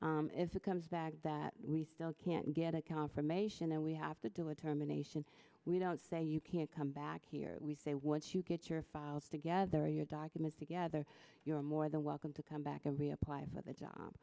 call if it comes back that we still can't get a confirmation that we have to do a termination we don't say you can't come back here we say once you get your files together or your documents together you're more than welcome to come back and reapply for the job